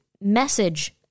message